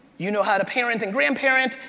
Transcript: you know how to parent and grandparent,